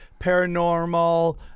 paranormal